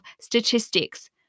statistics